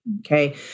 okay